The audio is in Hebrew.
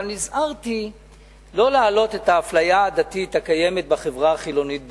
אבל נזהרתי לא להעלות את האפליה העדתית הקיימת בחברה החילונית בישראל.